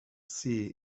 sea